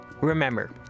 Remember